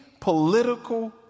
political